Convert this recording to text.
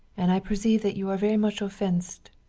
and i perceive that you are very much offensed.